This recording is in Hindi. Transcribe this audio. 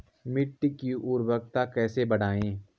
मिट्टी की उर्वरकता कैसे बढ़ायें?